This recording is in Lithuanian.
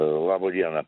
laba diena